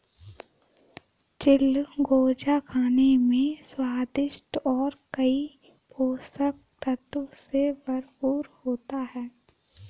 चिलगोजा खाने में स्वादिष्ट और कई पोषक तत्व से भरपूर होता है